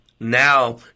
Now